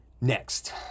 Next